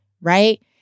right